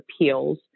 appeals